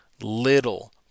little